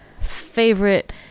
favorite